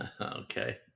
okay